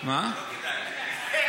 לא כדאי.